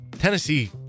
Tennessee